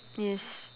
yes